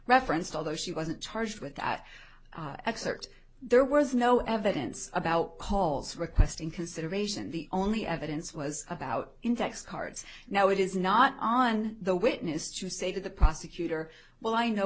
referenced although she wasn't charged with that excerpt there was no evidence about calls requesting consideration the only evidence was about index cards now it is not on the witness to say the prosecutor well i know